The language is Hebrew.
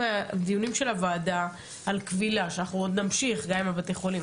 מהדיונים של הוועדה על כבילה ואנחנו ועוד נמשיך גם לגבי בתי החולים,